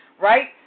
Right